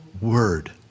word